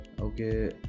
Okay